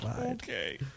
Okay